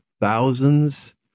thousands